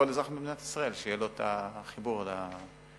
לכל אזרח במדינת ישראל החיבור לתקשורת.